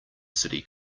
city